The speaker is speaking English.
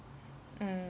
um